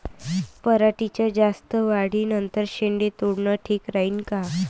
पराटीच्या जास्त वाढी नंतर शेंडे तोडनं ठीक राहीन का?